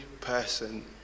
person